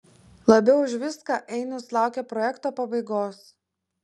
labiau už viską ainius laukia projekto pabaigos